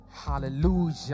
Hallelujah